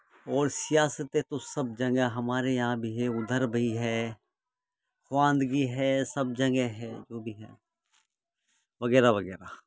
اور سیاستیں تو سب جگہ ہمارے یہاں بھی ہے ادھر بھی ہے خواندگی ہے سب جگہ ہے جو بھی ہے وغیرہ وغیرہ